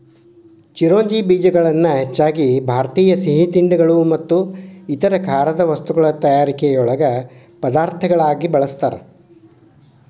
ಚಿರೋಂಜಿ ಬೇಜಗಳನ್ನ ಹೆಚ್ಚಾಗಿ ಭಾರತೇಯ ಸಿಹಿತಿಂಡಿಗಳು ಮತ್ತು ಇತರ ಖಾರದ ವಸ್ತುಗಳ ತಯಾರಿಕೆಯೊಳಗ ಪದಾರ್ಥಗಳಾಗಿ ಬಳಸ್ತಾರ